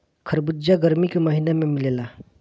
खरबूजा गरमी के महिना में मिलेला